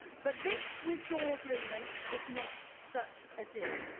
but this withdrawal agreement is not such a deal.